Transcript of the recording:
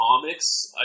comics